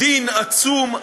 דין עצום: